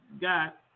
got